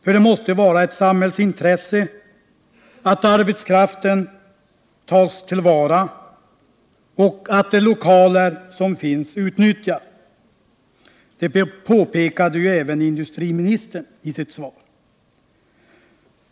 För det måste vara ett samhällsintresse att arbetskraften tas till vara och att de lokaler som finns utnyttjas. Detta påpekar även industriministern i sitt svar.